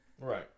Right